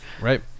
Right